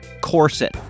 corset